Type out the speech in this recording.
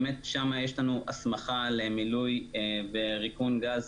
באמת שם יש לנו הסמכה למילוי וריקון גז